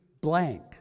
blank